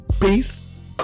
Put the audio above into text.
Peace